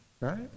right